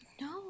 No